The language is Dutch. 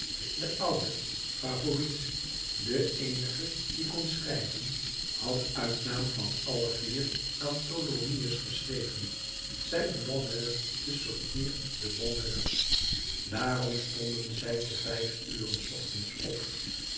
de oude favourite de eenige die kon schrijven had uit naam van alle vier aan tholomyès geschreven c'est une bonne heure de sortir de bonheur daarom stonden zij te vijf uren s ochtends op